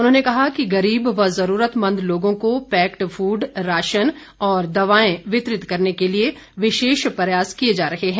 उन्होंने कहा कि गरीब व ज़रूरतमंद लोगों को पैक्ड फूड राशन और दवाएं वितरित करने के लिए विशेष प्रयास किए जा रहे हैं